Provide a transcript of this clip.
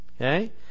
Okay